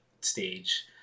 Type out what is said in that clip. stage